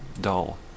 dull